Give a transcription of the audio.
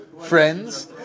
friends